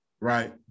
right